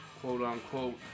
quote-unquote